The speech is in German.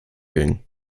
ging